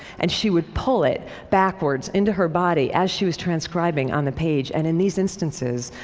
and she would pull it backwards into her body as she was transcribing on the page. and in these instances,